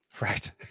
Right